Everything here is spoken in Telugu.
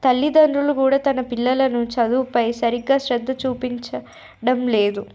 తల్లిదండ్రులు కూడా తన పిల్లలను చదువుపై సరిగ్గా శ్రద్ధ చూపించడం లేదు